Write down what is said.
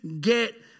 get